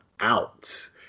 out